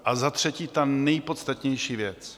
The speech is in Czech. A za třetí, ta nejpodstatnější věc.